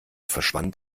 verschwand